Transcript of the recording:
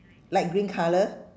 light green colour